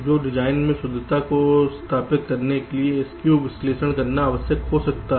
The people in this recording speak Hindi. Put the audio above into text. तो डिजाइन की शुद्धता को सत्यापित करने के लिए स्कू विश्लेषण करना आवश्यक हो सकता है